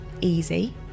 easy